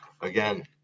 Again